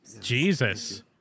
Jesus